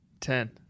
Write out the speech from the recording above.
Ten